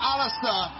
Alistair